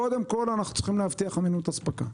קודם כל אנחנו צריכים להבטיח אמינות הספקה.